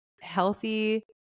healthy